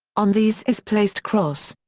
on these is placed cross.